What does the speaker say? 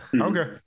Okay